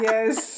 Yes